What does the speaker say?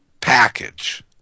package